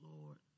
Lord